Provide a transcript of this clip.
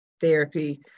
therapy